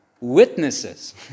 witnesses